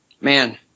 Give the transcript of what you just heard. man